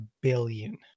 billion